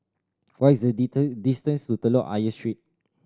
what is the distance to Telok Ayer Street